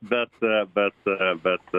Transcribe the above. bet bet bet